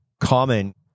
common